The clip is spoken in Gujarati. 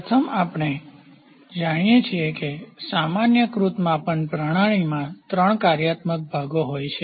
પ્રથમ આપણે જાણીએ છીએ કે સામાન્યકૃત માપન પ્રણાલીમાં ત્રણ કાર્યાત્મક ભાગો હોય છે